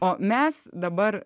o mes dabar